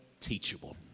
teachable